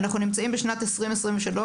אנחנו נמצאים בשנת 2023,